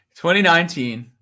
2019